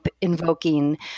invoking